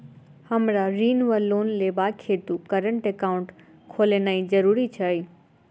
हमरा ऋण वा लोन लेबाक हेतु करेन्ट एकाउंट खोलेनैय जरूरी छै?